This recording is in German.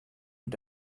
und